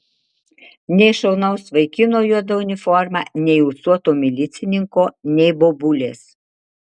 nei šaunaus vaikino juoda uniforma nei ūsuoto milicininko nei bobulės